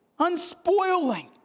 unspoiling